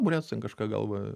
buriatas ten kažką galva